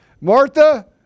Martha